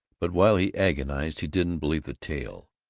but while he agonized he didn't believe the tale.